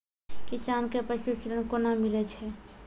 किसान कऽ पसु ऋण कोना मिलै छै?